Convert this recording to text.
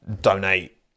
donate